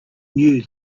knew